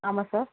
ஆமாம் சார்